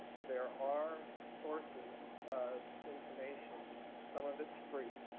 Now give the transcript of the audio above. there are sources of information some of it is free.